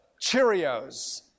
Cheerios